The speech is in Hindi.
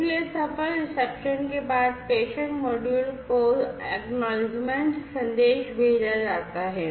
इसलिए सफल रिसेप्शन के बाद प्रेषक मॉड्यूल को पावती संदेश भेजा जाता है